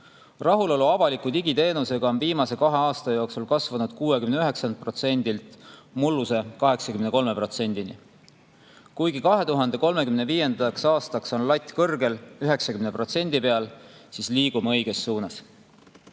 Rahulolu avaliku digiteenusega on viimase kahe aasta jooksul kasvanud 69%-lt mulluse 83%-ni. Kuigi 2035. aastaks on latt kõrgel, 90% peal, siis me liigume õiges suunas.